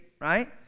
right